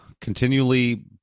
continually